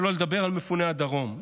שלא לדבר על מפוני הדרום,